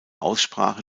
aussprache